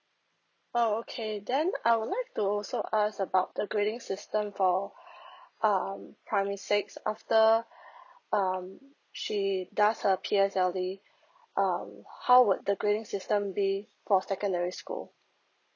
oh okay then I would like to also ask about the grading system for um primary six after um she does her P_S_L_E um how would the grading system be for secondary school